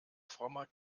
frommer